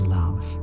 love